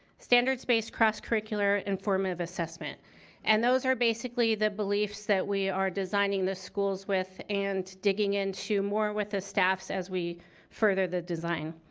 standards based cross-curricular, and formative assessment and those are basically the beliefs that we are designing the schools with and digging into more with the staffs as we further the design.